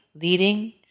leading